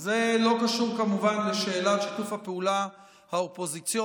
זה לא קשור כמובן לשאלת שיתוף הפעולה האופוזיציוני,